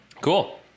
Cool